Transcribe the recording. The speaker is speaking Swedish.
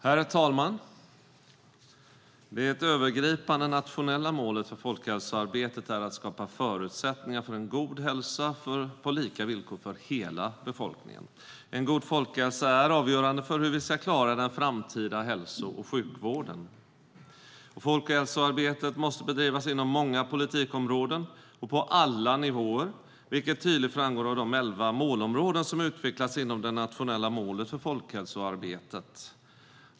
Herr talman! Det övergripande nationella målet för folkhälsoarbetet är att skapa förutsättningar för en god hälsa på lika villkor för hela befolkningen. En god folkhälsa är avgörande för hur vi ska klara den framtida hälso och sjukvården. Folkhälsoarbetet måste bedrivas inom många politikområden och på alla nivåer, vilket tydligt framgår av de elva målområden som utvecklats inom det nationella målet för folkhälsoarbetet.